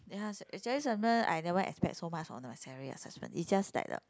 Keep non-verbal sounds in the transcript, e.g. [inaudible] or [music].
then [noise] actually sometimes I never expect so much on my salary assessment is just like the